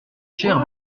chers